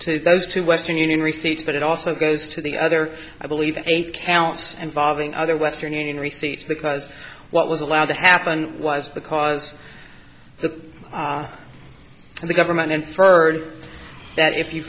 to those two western union receipts but it also goes to the other i believe eight counts involving other western union receipts because what was allowed to happen was because the government inferred that if you